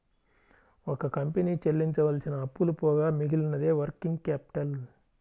ఒక కంపెనీ చెల్లించవలసిన అప్పులు పోగా మిగిలినదే వర్కింగ్ క్యాపిటల్